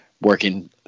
working